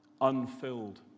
unfilled